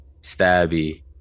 Stabby